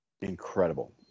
incredible